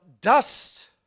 dust